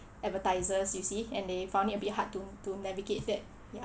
advertisers you see and they found it will be hard to to navigate that ya